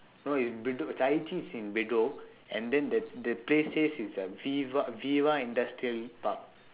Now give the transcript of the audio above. no is bedok chai chee is in bedok and then the the place says is uh viva uh viva industrial park